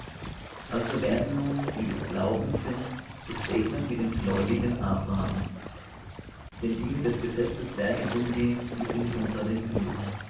also werden nun die des glaubens sind gesegnet mit dem gläubigen abraham denn die mit des gesetzes werken umgehen die sind unter dem fluch